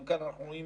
גם כאן אנחנו רואים